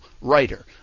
writer